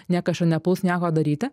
niekas čia nepuls nieko daryti